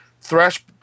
Thrash